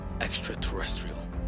Extraterrestrial